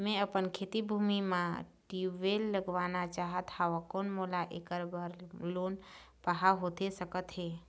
मैं अपन खेती भूमि म ट्यूबवेल लगवाना चाहत हाव, कोन मोला ऐकर बर लोन पाहां होथे सकत हे?